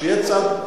שיהיה צד,